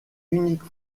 unique